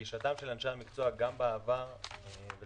גישתם של אנשי המקצוע גם בעבר ולפחות